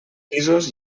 pisos